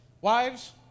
Wives